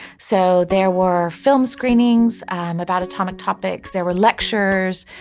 so there were film screenings about atomic topics, there were lectures,